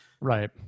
right